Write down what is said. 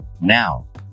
Now